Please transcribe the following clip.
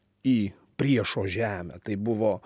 į priešo žemę tai buvo